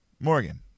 Morgan